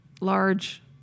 large